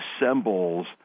assembles